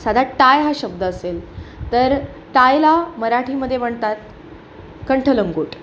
साधा टाय हा शब्द असेल तर टायला मराठीमध्ये म्हणतात कंठ लंगोट